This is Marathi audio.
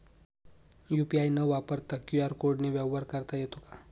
यू.पी.आय न वापरता क्यू.आर कोडने व्यवहार करता येतो का?